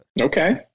okay